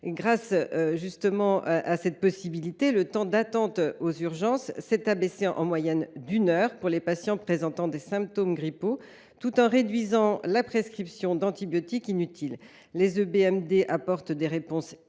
Grâce à cette possibilité, le temps d’attente aux urgences a baissé en moyenne d’une heure pour les patients présentant des symptômes grippaux et la prescription d’antibiotiques inutiles a été réduite. Les EBMD apportent des réponses